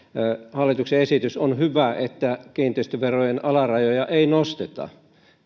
hallituksen esityksessä on hyvää että kiinteistöverojen alarajoja ei nosteta